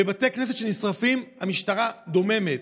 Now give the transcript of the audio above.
בבתי כנסת שנשרפים המשטרה דוממת.